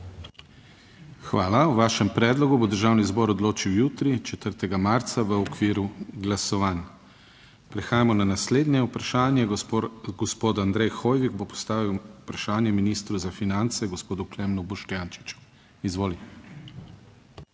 Hvala. O vašem predlogu bo Državni zbor odločil jutri, 4. marca, v okviru glasovanj. Prehajamo na naslednje vprašanje. Gospod Andrej Hoivik bo postavil vprašanje ministru za finance gospodu Klemnu Boštjančiču. Izvoli.